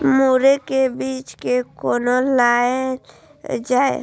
मुरे के बीज कै कोना लगायल जाय?